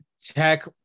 tech